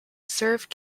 serve